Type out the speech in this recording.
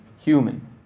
human